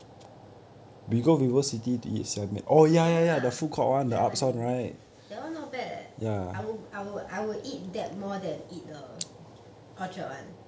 ya ya that one not bad leh I will I will I will eat that more than eat the orchard one